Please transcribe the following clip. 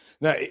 now